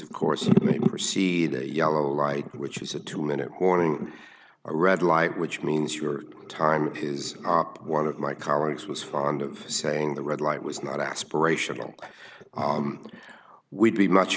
for see the yellow light which is a two minute warning a red light which means your time of his one of my colleagues was fond of saying the red light was not aspirational we'd be much